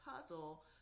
puzzle